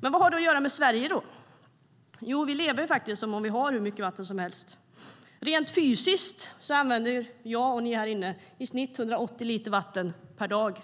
Vad har då detta att göra med Sverige? Jo, vi lever som om vi hade hur mycket vatten som helst. Rent fysiskt använder jag och ni andra här inne i snitt 180 liter vatten per dag.